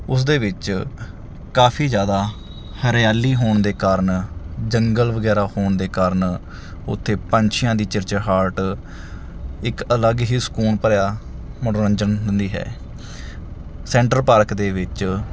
ਉਸਦੇ ਵਿੱਚ ਕਾਫੀ ਜ਼ਿਆਦਾ ਹਰਿਆਲੀ ਹੋਣ ਦੇ ਕਾਰਨ ਜੰਗਲ ਵਗੈਰਾ ਹੋਣ ਦੇ ਕਾਰਨ ਉੱਥੇ ਪੰਛੀਆਂ ਦੀ ਚਹਿਚਾਹਟ ਇੱਕ ਅਲੱਗ ਹੀ ਸਕੂਨ ਭਰਿਆ ਮਨੋਰੰਜਨ ਦਿੰਦੀ ਹੈ ਸੈਂਟਰ ਪਾਰਕ ਦੇ ਵਿੱਚ